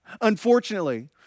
Unfortunately